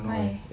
why